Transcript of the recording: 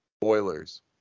Boilers